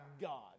God